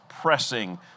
pressing